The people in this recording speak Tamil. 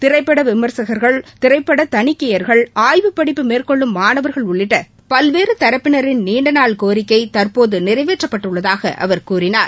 திரைப்பட விமர்சகர்கள் திரைப்பட தணிக்கையர்கள் ஆய்வுப்படிப்பு மேற்கொள்ளும் மாணவர்கள் உள்ளிட்ட பல்வேறு தரப்பினரின் நீண்டநாள் கோரிக்கை தற்போது நிறைவேற்றப்பட்டுள்ளதாக அவர் கூறினார்